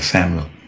Samuel